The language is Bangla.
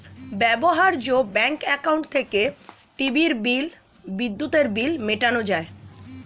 ব্যবহার্য ব্যাঙ্ক অ্যাকাউন্ট থেকে টিভির বিল, বিদ্যুতের বিল মেটানো যায়